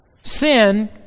sin